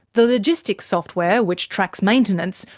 the logistics software, which tracks maintenance,